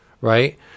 right